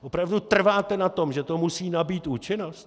Opravdu trváte na tom, že to musí nabýt účinnost?